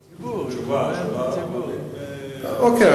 2. אם לא,